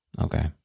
Okay